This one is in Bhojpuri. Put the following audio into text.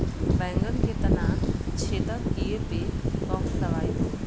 बैगन के तना छेदक कियेपे कवन दवाई होई?